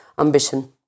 ambition